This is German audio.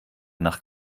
nach